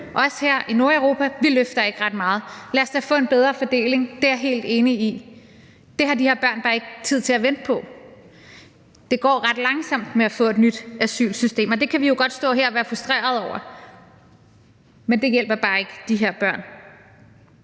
Os her i Nordeuropa løfter ikke ret meget. Lad os da få en bedre fordeling. Det er jeg helt enig i. Det har de her børn bare ikke tid til at vente på. Det går ret langsomt med at få et nyt asylsystem, og det kan vi jo godt stå her og være frustrerede over, men det hjælper bare ikke de her børn.